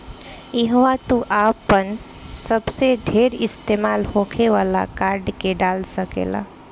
इहवा तू आपन सबसे ढेर इस्तेमाल होखे वाला कार्ड के डाल सकेल